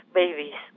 babies